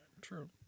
True